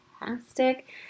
fantastic